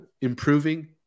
Improving